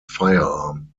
firearm